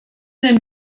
den